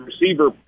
receiver